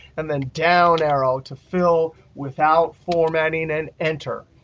and then down arrow to fill without formatting, and enter.